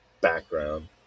background